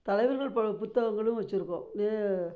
தலைவர்கள் பல புத்தகங்களும் வச்சுருக்கோம்